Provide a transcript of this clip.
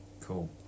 Cool